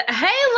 hey